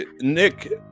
Nick